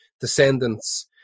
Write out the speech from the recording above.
Descendants